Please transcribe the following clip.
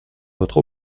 votre